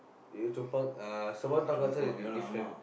you know Chong-Pang uh Sembawang town council is different